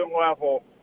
level